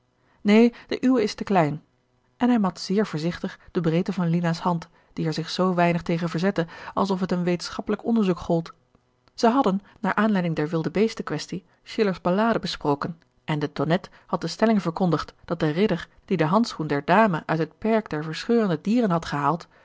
neen de uwe is te klein en hij mat zeer voorzichtig de breedte van lina's hand die er zich zoo weinig tegen verzette als of het een wetenschappelijk onderzoek gold zij hadden naar aanleiding der wilde beesten quaestie schillers ballade besproken en de tonnette had de stelling verkondigd dat de ridder die den handschoen der dame uit het perk der verscheurende dieren had gehaald